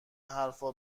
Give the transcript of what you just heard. حرفا